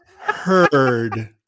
heard